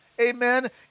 Amen